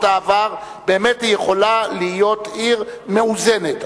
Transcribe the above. העבר באמת היא יכולה להיות עיר מאוזנת,